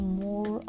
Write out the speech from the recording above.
more